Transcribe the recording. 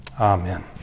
Amen